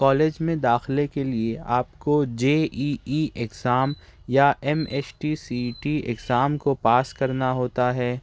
college میں داخلے کے لئے آپ کو جے اِی اِی ایگزام یا M S T C T exam کو پاس کرنا ہوتا ہے